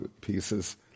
pieces